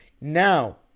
Now